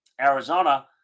Arizona